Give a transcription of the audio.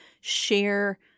share